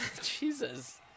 Jesus